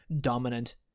dominant